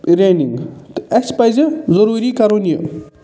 running تہٕ اَسہِ پَزِ ضُروٗری کَرُن یہِ